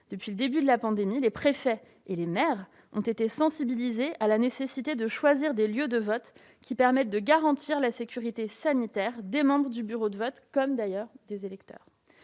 Depuis le début de la pandémie, les préfets et les maires ont été sensibilisés à la nécessité de choisir des lieux de vote permettant de garantir la sécurité sanitaire des membres des bureaux de vote et des électeurs.